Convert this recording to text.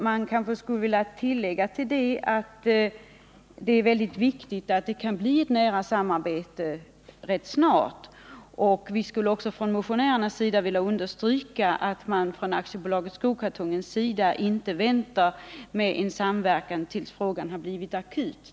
Man kanske skulle vilja tillägga att det är viktigt att det kan bli ett nära samarbete rätt snart. Vi Nr 60 motionärer vill understryka att man från AB Skokartongens sida inte bör vänta med en samverkan tills frågan blivit akut.